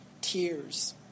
tears